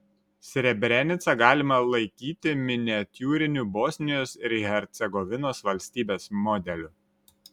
srebrenicą galima laikyti miniatiūriniu bosnijos ir hercegovinos valstybės modeliu